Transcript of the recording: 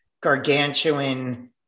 gargantuan